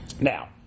Now